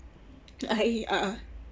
I uh